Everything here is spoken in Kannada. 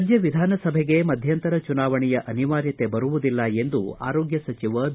ರಾಜ್ಯ ವಿಧಾನಸಭೆಗೆ ಮಧ್ಯಂತರ ಚುನಾವಣೆಯ ಅನಿವಾರ್ಯತೆ ಬರುವುದಿಲ್ಲ ಎಂದು ಆರೋಗ್ಯ ಸಚಿವ ಬಿ